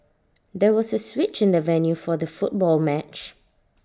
there was A switch in the venue for the football match